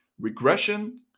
regression